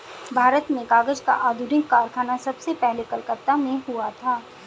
भारत में कागज का आधुनिक कारखाना सबसे पहले कलकत्ता में खुला था